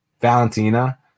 Valentina